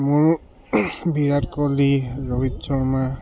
মোৰ বিৰাট কোহলী ৰোহিত শৰ্মা